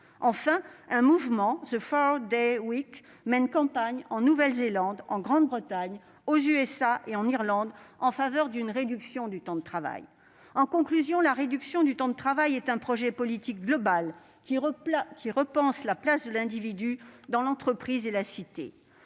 Enfin, le mouvement « 4 Day Week » mène campagne en Nouvelle-Zélande, en Grande-Bretagne, aux États-Unis et en Irlande en faveur d'une réduction du temps de travail. En conclusion, la réduction du temps de travail est un projet politique global qui repense la place de l'individu dans l'entreprise et la cité.